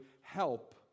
help